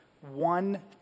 one